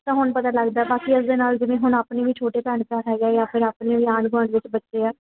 ਤਾਂ ਹੁਣ ਪਤਾ ਲੱਗਦਾ ਬਾਕੀ ਇਸ ਦੇ ਨਾਲ ਜਿਵੇਂ ਹੁਣ ਆਪਣੀ ਵੀ ਛੋਟੇ ਭੈਣ ਭਰਾ ਹੈਗੇ ਆ ਜਾਂ ਫਿਰ ਆਪਣੇ ਵੀ ਆਂਢ ਗੁਆਂਢ ਵਿੱਚ ਬੱਚੇ ਆ